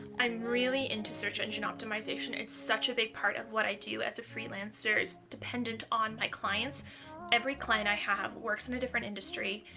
i'm really into search engine optimization. it's such a big part of what i do as a freelancer is dependent on my clients every client i have work in a different industry.